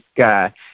guy